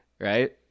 Right